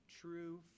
true